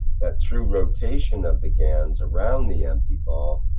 that, through rotation of the gans around the empty ball,